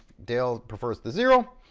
dale prefers the zero.